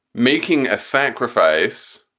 making a sacrifice,